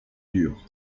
dure